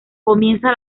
comienza